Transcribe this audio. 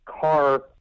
car